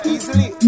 Easily